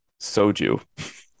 soju